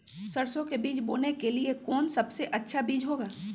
सरसो के बीज बोने के लिए कौन सबसे अच्छा बीज होगा?